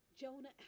Jonah